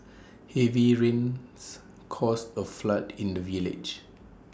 heavy rains caused A flood in the village